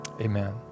Amen